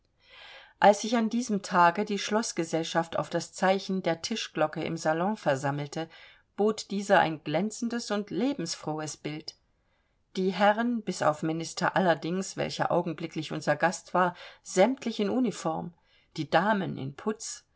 als sich an diesem tage die schloßgesellschaft auf das zeichen der tischglocke im salon versammelte bot dieser ein glänzendes und lebensfrohes bild die herren bis auf minister allerdings welcher augenblicklich unser gast war sämtlich in uniform die damen in putz